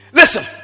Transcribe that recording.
listen